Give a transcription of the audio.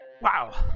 wow